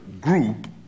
group